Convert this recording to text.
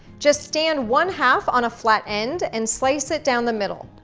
just stand one half on a flat end and slice it down the middle,